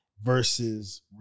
versus